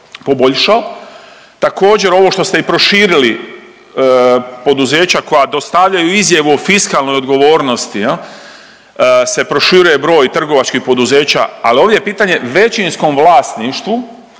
poboljšao. Također ovo što ste i proširili poduzeća koja dostavljaju izjavu o fiskalnoj odgovornosti jel, se proširuje broj trgovačkih poduzeća, ali ovdje je pitanje većinskom vlasništvu.